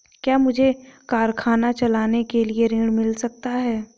क्या मुझे कारखाना चलाने के लिए ऋण मिल सकता है?